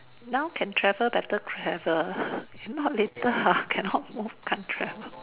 now can travel better travel if not later ah cannot move can't travel